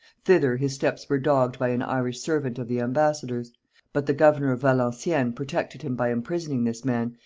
thither his steps were dogged by an irish servant of the embassador's but the governor of valenciennes protected him by imprisoning this man,